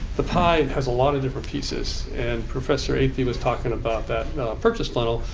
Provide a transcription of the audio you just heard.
the pie has a lot of different pieces. and professor athey was talking about that purchase funnel.